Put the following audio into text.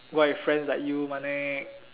go out with friends like you Mannek